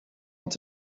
want